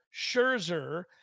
Scherzer